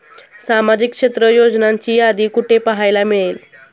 सामाजिक क्षेत्र योजनांची यादी कुठे पाहायला मिळेल?